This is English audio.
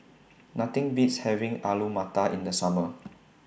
Nothing Beats having Alu Matar in The Summer